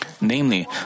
namely